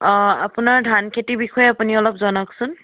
অঁ আপোনাৰ ধান খেতিৰ বিষয়ে আপুনি অলপ জনাওকচোন